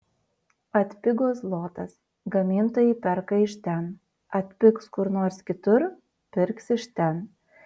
atpigo zlotas gamintojai perka iš ten atpigs kur nors kitur pirks iš ten